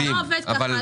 זה לא עובד ככה.